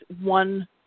one